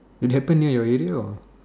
it happened near your area or